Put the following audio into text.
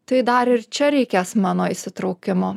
tai dar ir čia reikės mano įsitraukimo